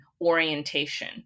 orientation